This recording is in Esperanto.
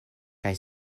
kaj